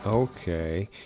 Okay